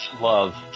love